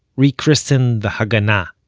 re-christened the hagana,